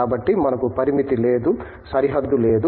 కాబట్టి మనకు పరిమితి లేదు సరిహద్దు లేదు